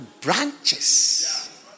branches